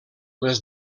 les